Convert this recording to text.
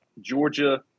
Georgia